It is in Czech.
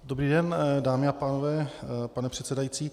Dobrý den, dámy a pánové, pane předsedající.